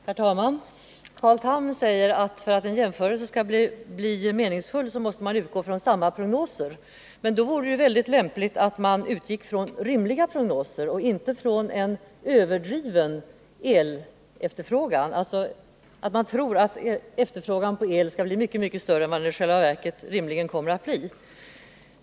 Herr talman! Carl Tham säger att man för att en jämförelse skall bli meningsfull måste utgå från samma prognoser. Då vore det väl lämpligt att man utgick från rimliga prognoser och inte från en överdriven elefterfrågan, dvs. från ett antagande om att efterfrågan på elkraft skall bli mycket, mycket större än vad den i själva verket rimligen kommer att bli.